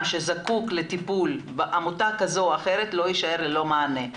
שזקוק לטיפול בעמותה כזו או אחרת לא יישאר ללא מענה.